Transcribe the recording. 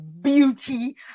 beauty